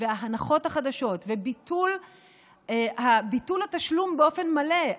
וההנחות החדשות וביטול התשלום באופן מלא,